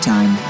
Time